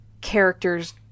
characters